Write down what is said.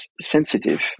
sensitive